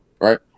right